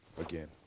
again